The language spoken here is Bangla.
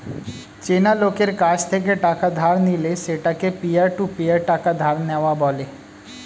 চেনা লোকের কাছ থেকে টাকা ধার নিলে সেটাকে পিয়ার টু পিয়ার টাকা ধার নেওয়া বলে